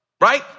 Right